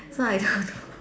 so I don't know